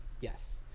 Yes